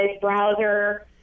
browser